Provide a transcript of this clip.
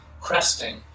cresting